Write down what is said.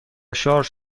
شارژ